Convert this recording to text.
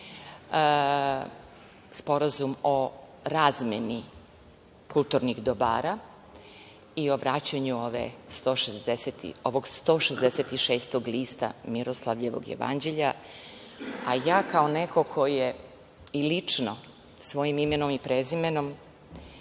Sporazum o razmeni kulturnih dobara i o vraćanju ovog 166 lista Miroslavljevog jevanđelja. Ja, kao neko ko je i lično svojim imenom i prezimenom,